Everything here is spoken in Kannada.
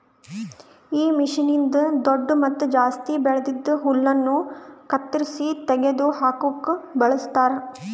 ಈ ಮಷೀನ್ನ್ನಿಂದ್ ದೊಡ್ಡು ಮತ್ತ ಜಾಸ್ತಿ ಬೆಳ್ದಿದ್ ಹುಲ್ಲನ್ನು ಕತ್ತರಿಸಿ ತೆಗೆದ ಹಾಕುಕ್ ಬಳಸ್ತಾರ್